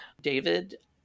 David